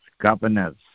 governors